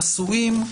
חסויים.